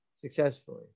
successfully